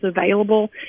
available